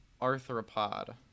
Arthropod